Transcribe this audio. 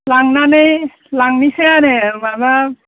लांनानै लांनोसै आरो माबा